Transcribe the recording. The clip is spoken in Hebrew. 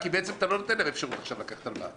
כי בעצם אתה לא נותן להם אפשרות לקחת הלוואה.